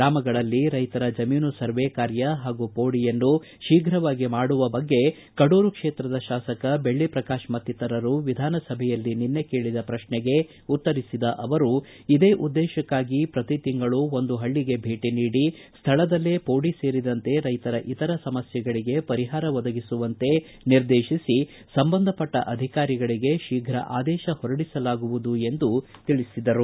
ಗ್ರಾಮಗಳಲ್ಲಿ ರೈತರ ಜಮೀನು ಸರ್ವೇ ಕಾರ್ಯ ಹಾಗೂ ಹೋಡಿಯನ್ನು ಶೀಘವಾಗಿ ಮಾಡುವ ಬಗ್ಗೆ ಕಡೂರು ಕ್ಷೇತ್ರದ ಶಾಸಕ ಬೆಳ್ಳಪ್ರಕಾಶ್ ಮತ್ತಿತರರು ವಿಧಾನಸಭೆಯಲ್ಲಿ ನಿನ್ನೆ ಕೇಳಿದ ಪ್ರಶ್ನೆಗೆ ಉತ್ತರಿಸಿದ ಅವರು ಇದೇ ಉದ್ದೇಶಕ್ಕಾಗಿ ಪ್ರತಿ ತಿಂಗಳು ಒಂದು ಪಳ್ಳಗೆ ಭೇಟಿ ನೀಡಿ ಸ್ವಳದಲ್ಲೇ ಷೋಡಿ ಸೇರಿದಂತೆ ರೈತರ ಇತರ ಸಮಸ್ಥೆಗಳಿಗೆ ಪರಿಹಾರ ಒದಗಿಸುವಂತೆ ನಿರ್ದೇಶಿಸಿ ಸಂಬಂಧಪಟ್ಟ ಅಧಿಕಾರಿಗಳಿಗೆ ಶೀಫ್ರ ಆದೇಶ ಹೊರಡಿಸಲಾಗುವುದು ಎಂದು ತಿಳಿಸಿದರು